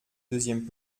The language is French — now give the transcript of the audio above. deuxième